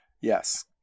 Yes